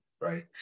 right